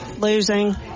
Losing